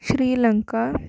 Sri Lanka